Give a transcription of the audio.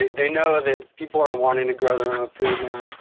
they know that people are wanting to grow their own food now.